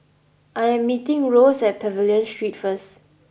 I am meeting Rose at Pavilion Street first